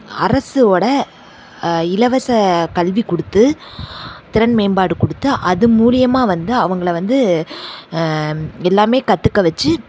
அரசு ஓட இலவச கல்வி கொடுத்து திறன் மேம்பாடு கொடுத்து அது மூலிமா வந்து அவங்கள வந்து எல்லாமே கற்றுக்க வெச்சு